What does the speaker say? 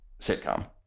sitcom